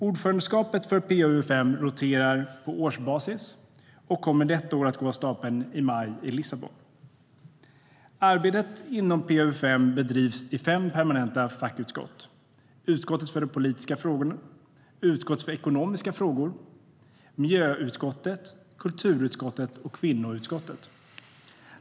Ordförandeskapet för PA-UfM roterar på årsbasis, och årets möte kommer att gå av stapeln i maj i Lissabon. Arbetet inom PA-UfM bedrivs i fem permanenta fackutskott: utskottet för politiska frågor, utskottet för ekonomiska frågor, miljöutskottet, kulturutskottet och kvinnoutskottet.